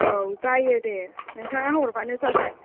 औ जायो दे नोंथाङा हरब्लानो जाबाय